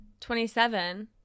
27